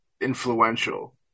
influential